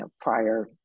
prior